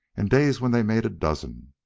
and days when they made a dozen.